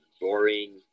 boring